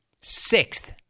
Sixth